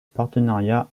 partenariat